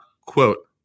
quote